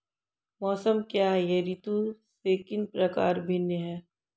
मौसम क्या है यह ऋतु से किस प्रकार भिन्न है?